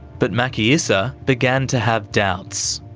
but maki issa began to have doubts.